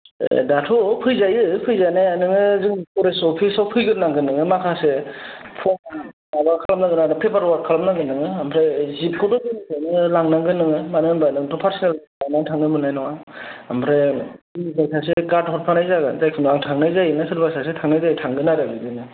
ए दाथ' फैजायो फैजानाया नोङो जोंनि फरेस्ट अफिसाव फैग्रोनांगोन नोङो माखासे फर्म माबा खालामनांगोन आरो पेपार अवार्क खालामनांगोन नोङो ओमफ्राय जिपखौथ' जोंनिखौनो लांनांगोन नोङो मानो होनब्ला नोंथ' पार्सनेल लाना थांनो मोननाय नङा ओमफ्राय जोंनिफ्राय सासे गार्ड हरफानाय जागोन जायखिया आं थांनाय जायो ना सोरबा सासे थांनाय जायो थागोन आरो बिदिनो